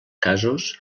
casos